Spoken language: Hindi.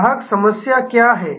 ग्राहक समस्यादर्द क्या है